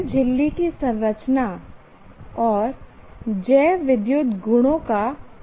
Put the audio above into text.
cell झिल्ली की संरचना और जैवविद्युत गुणों का परिचय